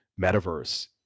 metaverse